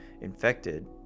infected